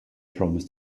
promised